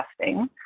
testing